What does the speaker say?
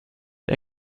det